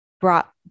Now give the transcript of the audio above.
brought